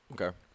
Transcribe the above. Okay